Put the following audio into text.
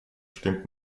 stimmt